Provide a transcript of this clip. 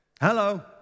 Hello